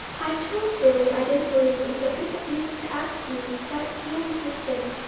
i told billy i didn't believe it was a bit of use to ask you, but he insisted.